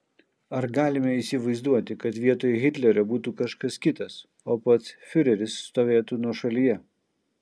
ar galime įsivaizduoti kad vietoj hitlerio būtų kažkas kitas o pats fiureris stovėtų nuošalyje